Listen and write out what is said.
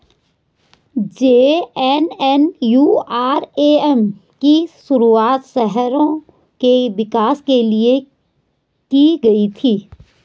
JNNURM की शुरुआत शहरों के विकास के लिए की गई थी